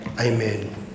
Amen